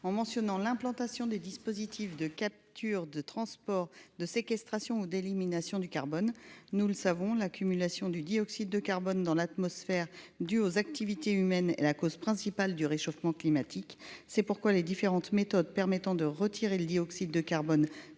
en mentionnant l'implantation des dispositifs de capture de transport de séquestration d'élimination du carbone, nous le savons, l'accumulation du dioxyde de carbone dans l'atmosphère due aux activités humaines est la cause principale du réchauffement climatique. C'est pourquoi les différentes méthodes permettant de retirer le dioxyde de carbone